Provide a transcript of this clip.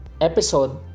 episode